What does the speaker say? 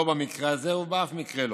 לא במקרה הזה ולא באף מקרה.